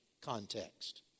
context